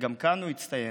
וגם כאן הוא הצטיין.